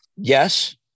Yes